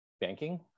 banking